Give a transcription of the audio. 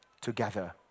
together